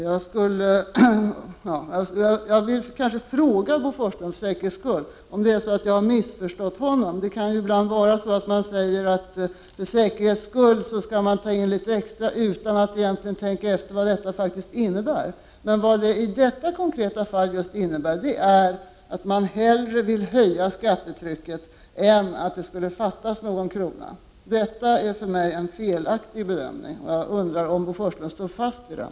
Jag vill ställa en fråga till Bo Forslund för säkerhets skull, för det kan ju hända att jag har missförstått honom. Det kan ibland vara så att man säger att det är säkrast att ta in litet extra, utan att egentligen tänka efter vad detta faktiskt innebär. I detta konkreta fall innebär det att man hellre vill höja skattetrycket än att det skulle fattas någon krona. Det är för mig en felaktig bedömning, och jag undrar om Bo Forslund står fast vid den.